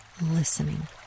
listening